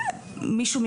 מישהו,